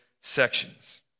sections